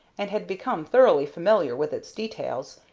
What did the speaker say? and had become thoroughly familiar with its details,